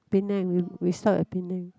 Penang we we stop at Penang